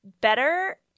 better